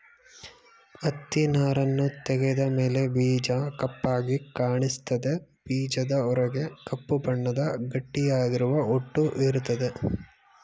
ಹತ್ತಿನಾರನ್ನು ತೆಗೆದ ಮೇಲೆ ಬೀಜ ಕಪ್ಪಾಗಿ ಕಾಣಿಸ್ತದೆ ಬೀಜದ ಹೊರಗೆ ಕಪ್ಪು ಬಣ್ಣದ ಗಟ್ಟಿಯಾಗಿರುವ ಹೊಟ್ಟು ಇರ್ತದೆ